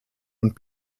und